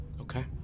Okay